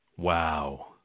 Wow